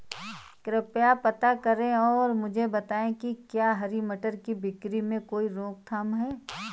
कृपया पता करें और मुझे बताएं कि क्या हरी मटर की बिक्री में कोई रोकथाम है?